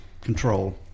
control